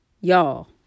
y'all